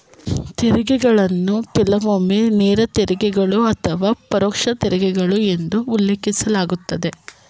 ತೆರಿಗೆಗಳನ್ನ ಕೆಲವೊಮ್ಮೆ ನೇರ ತೆರಿಗೆಗಳು ಅಥವಾ ಪರೋಕ್ಷ ತೆರಿಗೆಗಳು ಎಂದು ಉಲ್ಲೇಖಿಸಲಾಗುತ್ತದೆ